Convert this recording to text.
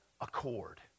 accord